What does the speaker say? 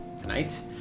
tonight